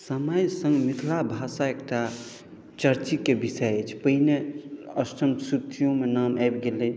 समय सङ्ग मिथिला भाषा एकटा चर्चित विषय अछि पहिने अष्टम सूचियोमे नाम आबि गेल अइ